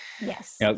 Yes